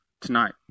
tonight